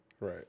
Right